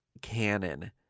canon